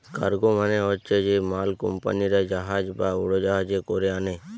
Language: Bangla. কার্গো মানে হচ্ছে যে মাল কুম্পানিরা জাহাজ বা উড়োজাহাজে কোরে আনে